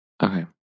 Okay